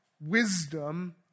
wisdom